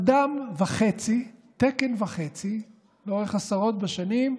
אדם וחצי, תקן וחצי, לאורך עשרות בשנים,